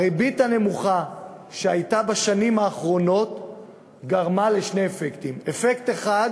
הריבית הנמוכה שהייתה בשנים האחרונות גרמה לשני אפקטים: אפקט אחד